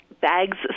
bags